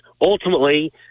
ultimately